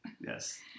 Yes